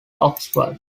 oxford